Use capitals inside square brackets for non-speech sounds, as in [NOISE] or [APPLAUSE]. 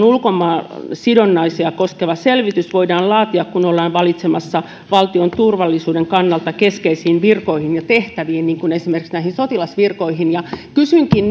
[UNINTELLIGIBLE] ulkomaansidonnaisuuksia koskeva selvitys voidaan laatia kun ollaan valitsemassa valtion turvallisuuden kannalta keskeisiin virkoihin ja tehtäviin niin kuin esimerkiksi näihin sotilasvirkoihin kysynkin [UNINTELLIGIBLE]